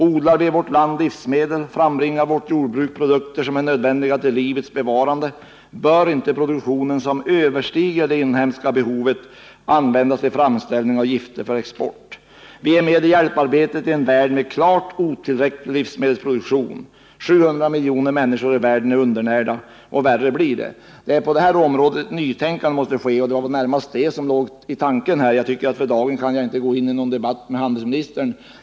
Odlar vi i vårt land livsmedel, frambringar vårt jordbruk produkter som är nödvändiga för livets bevarande, bör inte den produktion som överstiger det inhemska behovet användas till framställning av gifter för export. Vi är med i hjälparbetet i en värld med klart otillräcklig livsmedelsproduktion. 700 miljoner människor i världen är undernärda, och värre blir det. Det är på det här området ett nytänkande måste ske. Det var närmast detta som jag tänkte på, men för dagen kan jag inte gå in i någon debatt med handelsministern.